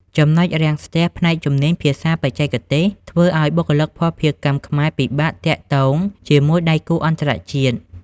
ចំណុចរាំងស្ទះផ្នែក "ជំនាញភាសាបច្ចេកទេស" ធ្វើឱ្យបុគ្គលិកភស្តុភារកម្មខ្មែរពិបាកទាក់ទងជាមួយដៃគូអន្តរជាតិ។